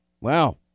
Wow